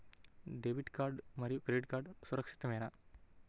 Debit card మరియు credit card సురక్షితమేనా?